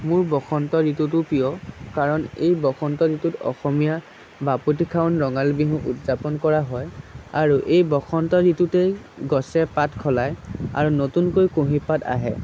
মোৰ বসন্ত ঋতুটো প্ৰিয় কাৰণ এই বসন্ত ঋতুত অসমীয়াৰ বাপতি সাহোন ৰঙালী বিহু উদযাপন কৰা হয় আৰু এই বসন্ত ঋতুতেই গছে পাত সলায় আৰু নতুনকৈ কুঁহিপাত আহে